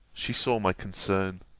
she saw my concern.